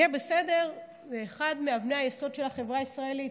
"יהיה בסדר" זה אחד מאבני היסוד של החברה הישראלית.